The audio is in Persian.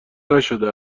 نشده